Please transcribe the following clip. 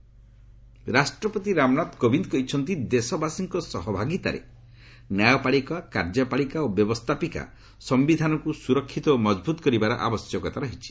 ପ୍ରେଜ୍ constitution day ରାଷ୍ଟ୍ରପତି ରାମନାଥ କୋବିନ୍ଦ୍ କହିଛନ୍ତି ଦେଶବାସୀଙ୍କ ସହଭାଗିତାରେ ନ୍ୟାୟପାଳିକା କାର୍ଯ୍ୟପାଳିକା ଓ ବ୍ୟବସ୍ଥାପିକା ସମ୍ଭିଧାନକୁ ସୁରକ୍ଷିତ ଓ ମଜବୁତ୍ କରିବାର ଆବଶ୍ୟକତା ରହିଛି